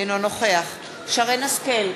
אינו נוכח שרן השכל,